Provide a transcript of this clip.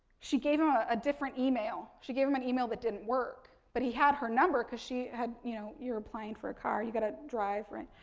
she gave him ah a different email. she gave him an email that didn't work. but he had her number, because she had, you know, you're applying for a car, you've got to drive, right,